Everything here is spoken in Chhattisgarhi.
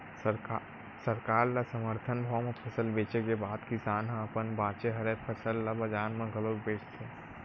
सरकार ल समरथन भाव म फसल बेचे के बाद किसान ह अपन बाचे हरय फसल ल बजार म घलोक बेचथे